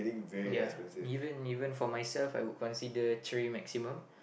ya even even for myself I would consider three maximum